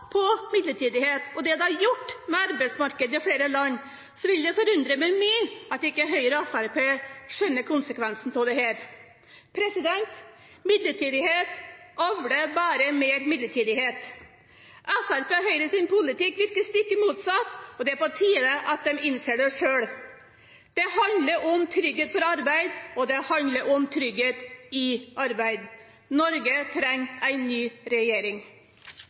hva midlertidighet har gjort med arbeidslivet i flere land, forundrer det meg at ikke Høyre og Fremskrittspartiet skjønner konsekvensene av det. Midlertidighet avler bare mer midlertidighet. Fremskrittspartiets og Høyres politikk virker stikk motsatt, og det er på tide at de innser det selv. Det handler om trygghet for arbeid, og det handler om trygghet i arbeid. Norge trenger en ny regjering.